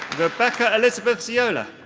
rebecca elizabeth ziola.